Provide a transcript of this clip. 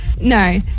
no